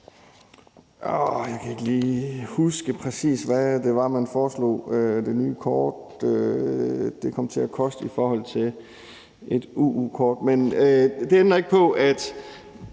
Jeg kan ikke lige huske, præcis hvad det var, man foreslog at det nye kort kom til at koste i forhold til et UU-kort. Men det ændrer ikke på, at